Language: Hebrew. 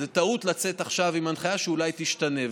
זו טעות לצאת עכשיו בהנחיה שאולי תשתנה,